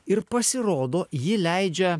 ir pasirodo ji leidžia